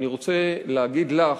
אני רוצה להגיד לך,